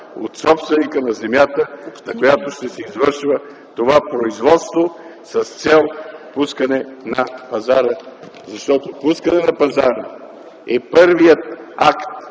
от собственика на земята, на която ще се извършва това производство с цел пускане на пазара. Защото пускането на пазара е първият акт